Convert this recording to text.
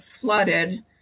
flooded